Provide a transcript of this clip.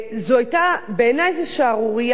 בעיני זו שערורייה.